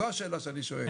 זו השאלה שאני שואל.